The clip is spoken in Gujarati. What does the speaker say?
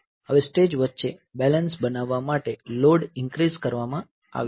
હવે સ્ટેજ વચ્ચે બેલેન્સ બનાવવા માટે લોડ ઇન્ક્રીઝ કરવામાં આવ્યો છે